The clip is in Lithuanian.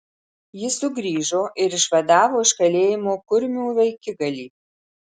jis sugrįžo ir išvadavo iš kalėjimo kurmių vaikigalį